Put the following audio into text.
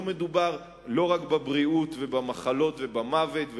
לא מדובר רק בבריאות ובמחלות ובמוות,